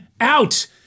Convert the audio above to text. out